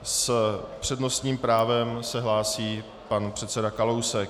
S přednostním právem se hlásí pan předseda Kalousek.